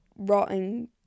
Rotting